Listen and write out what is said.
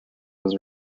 was